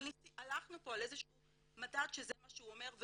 אבל הלכנו פה על איזה שהוא מדד שזה מה שהוא אומר,